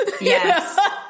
Yes